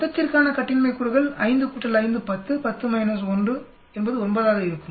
மொத்தத்திற்கான கட்டின்மை கூறுகள் 5 5 10 10 1 என்பது 9 ஆக இருக்கும்